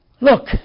Look